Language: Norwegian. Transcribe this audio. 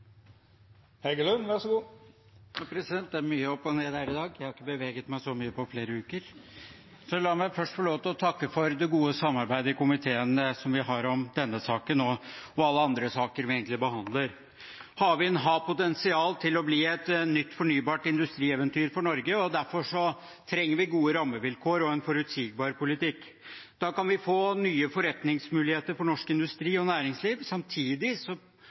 opp og ned her i dag – jeg har ikke beveget meg så mye på flere uker. La meg først få lov til å takke for det gode samarbeidet i komiteen, som vi har om denne saken og egentlig alle andre saker vi behandler. Havvind har potensial til å bli et nytt fornybart industrieventyr for Norge, og derfor trenger vi gode rammevilkår og en forutsigbar politikk. Da kan vi få nye forretningsmuligheter for norsk industri og næringsliv, samtidig